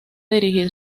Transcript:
dirigir